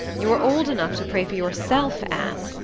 you're old enough to pray for yourself, anne,